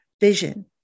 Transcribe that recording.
vision